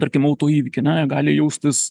tarkim autoįvykį ane jie gali jaustis